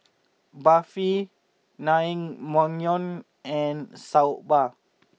Barfi Naengmyeon and Soba